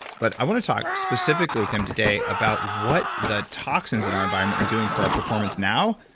but i want to talk specifically with him today about what the toxins in our environment are doing for our performance now,